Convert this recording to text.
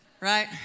Right